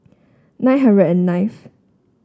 nine hundred and ninth